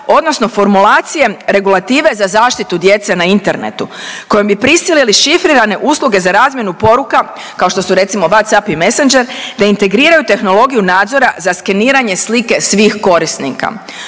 odnosno formulacije regulative za zaštitu djece na internetu kojom bi prisilili šifrirane usluge za razmjenu poruka kao što su recimo Whatsapp i Messenger da integriraju tehnologiju nadzora za skeniranje slike svih korisnika.